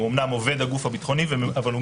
אמנם הוא עובד הגוף הביטחוני אבל הוא